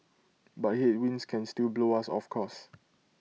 but headwinds can still blow us of course